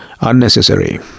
unnecessary